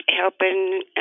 helping